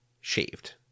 shaved